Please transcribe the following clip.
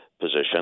position